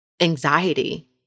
anxiety